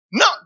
no